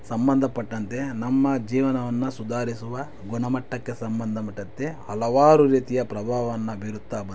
ಸಂಬಂಧಪಟ್ಟಂತೆ ನಮ್ಮ ಜೀವನವನ್ನು ಸುಧಾರಿಸುವ ಗುಣಮಟ್ಟಕ್ಕೆ ಸಂಬಂಧಪಡುತ್ತೆ ಹಲವಾರು ರೀತಿಯ ಪ್ರಭಾವವನ್ನು ಬೀರುತ್ತಾ ಬಂದಿವೆ